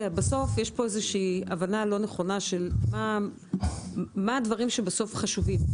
בסוף יש כאן איזושהי הבנה לא נכונה של מה הדברים שבסוף חשובים.